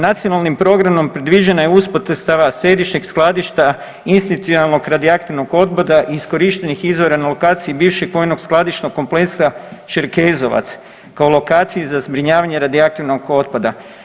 Nacionalnim programom predviđena je uspostava središnjeg skladišta institucionalnog radioaktivnog otpada, iskorištenih izvora na lokaciji bivšeg vojnog skladišnog kompleksa Čerkezovac kao lokaciji za zbrinjavanje radioaktivnog otpada.